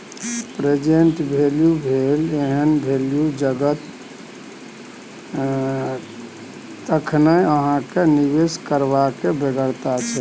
present value भेल एहन value जतय एखन अहाँ केँ निबेश करबाक बेगरता छै